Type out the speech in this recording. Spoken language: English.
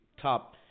top